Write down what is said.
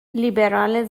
لیبرال